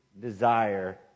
desire